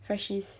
freshies